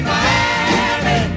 Miami